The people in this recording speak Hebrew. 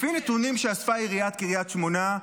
לפי נתונים שאספה עיריית קריית שמונה,